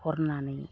हरनानै